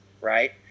right